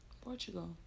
Portugal